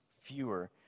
fewer